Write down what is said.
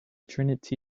trinity